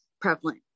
prevalent